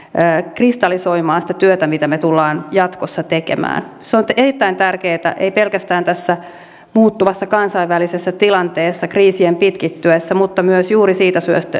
kristallisoimaan sitä työtä mitä me tulemme jatkossa tekemään se on erittäin tärkeätä ei pelkästään tässä muuttuvassa kansainvälisessä tilanteessa kriisien pitkittyessä mutta myös juuri siitä